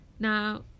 Now